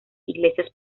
iglesias